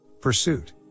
Pursuit